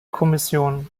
kommission